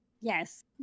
Yes